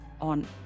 on